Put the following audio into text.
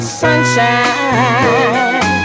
sunshine